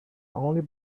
only